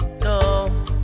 no